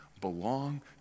belong